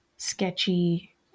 sketchy